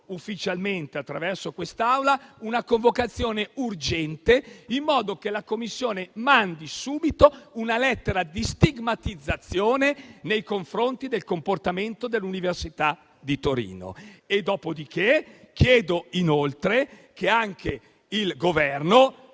ufficialmente, in quest'Aula, una convocazione urgente, in modo che la Commissione mandi subito una lettera di stigmatizzazione nei confronti del comportamento dell'Università di Torino. Chiedo, inoltre - senza permettermi